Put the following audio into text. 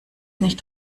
nicht